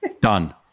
done